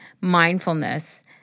mindfulness